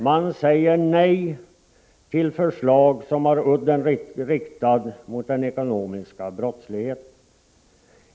Man säger nej till förslag som har udden riktad mot den ekonomiska brottsligheten.